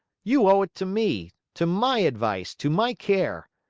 you owe it to me, to my advice, to my care.